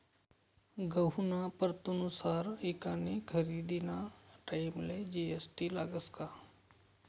गहूना प्रतनुसार ईकानी खरेदीना टाईमले जी.एस.टी लागस का?